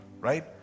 right